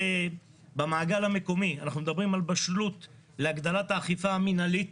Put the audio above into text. במעגל המקומי אנחנו מדברים על בשלות להגדלת האכיפה המנהלית.